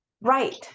right